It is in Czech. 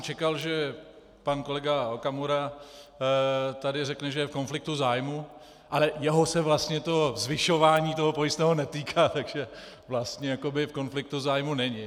Čekal jsem, že pan kolega Okamura tady řekne, že je tady v konfliktu zájmů, ale jeho se vlastně to zvyšování pojistného netýká, takže vlastně jakoby v konfliktu zájmů není.